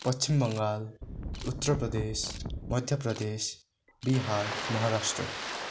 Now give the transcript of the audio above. Paschim Bangal Uttar Pradesh Madhya Pradesh Bihar Maharashtra